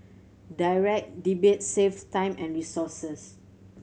Direct Debit saves time and resources